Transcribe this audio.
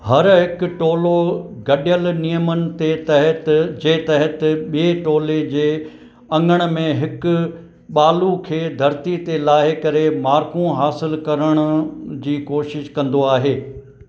हर हिकु टोलो गडि॒यलु नियमनि ते तहत जे तहत बि॒ये टोले जे अङण में हिक ॿाल खे धरती ते लाहे करे मार्कूं हासिलु करण जी कोशिशि कंदो आहे